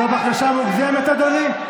זו בקשה מוגזמת, אדוני?